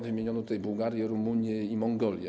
Wymieniono Bułgarię, Rumunię i Mongolię.